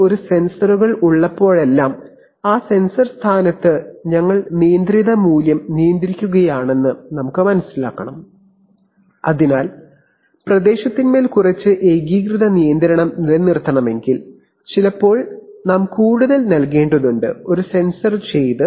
ഒരു സെൻസറുകൾ ഉള്ളപ്പോഴെല്ലാം ആ സെൻസർ സ്ഥാനത്ത് നിയന്ത്രിത മൂല്യം നിയന്ത്രിക്കുകയാണെന്ന് മനസിലാക്കണം അതിനാൽ ചില പ്രദേശത്തിന്മേൽ കുറച്ച് ഏകീകൃത നിയന്ത്രണം നിലനിർത്തണമെങ്കിൽ ചിലപ്പോൾ ഞങ്ങൾ കൂടുതൽ സെൻസർ നൽകേണ്ടതുണ്ട്